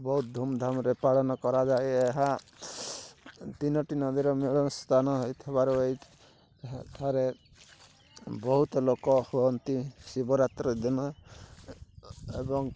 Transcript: ବୋହୁତ ଧୁମଧାମ୍ରେ ପାଳନ କରାଯାଏ ଏହା ତିନୋଟି ନଦୀର ମିଳନ ସ୍ତାନ ହେଇଥିବାର ଏଠାରେ ବହୁତ ଲୋକ ହୁଅନ୍ତି ଶିବରାତ୍ରି ଦିନ ଏବଂ